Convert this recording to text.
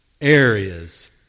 areas